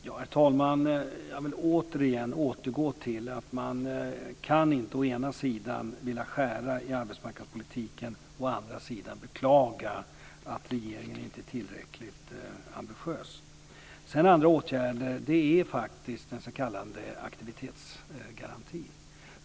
Herr talman! Jag vill återgå till detta: Man kan inte å ena sidan vilja skära i arbetsmarknadspolitiken, å andra sidan beklaga att regeringen inte är tillräckligt ambitiös. Det finns andra åtgärder, t.ex. den s.k. aktivitetsgarantin.